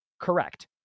correct